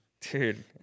Dude